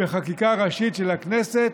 בחקיקה ראשית של הכנסת,